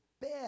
bed